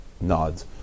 Nods